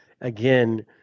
again